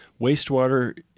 Wastewater